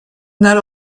not